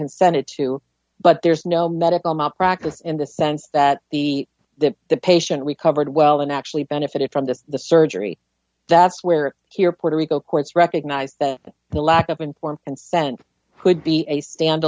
consented to but there's no medical malpractise in the sense that the that the patient we covered well and actually benefited from the surgery that's where here puerto rico courts recognize that the lack of informed consent could be a stand